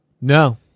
No